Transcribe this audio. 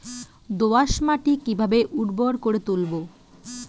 দোয়াস মাটি কিভাবে উর্বর করে তুলবো?